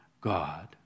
God